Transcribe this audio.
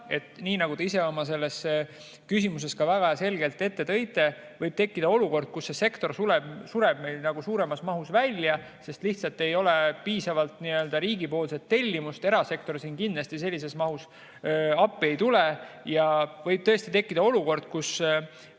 nii nagu te ise oma küsimuses väga selgelt välja tõite, et võib tekkida olukord, kus see sektor sureb meil suuremas mahus välja, sest lihtsalt ei ole piisavalt riigi tellimust. Erasektor siin kindlasti sellises mahus appi ei tule. Võib tõesti tekkida olukord, et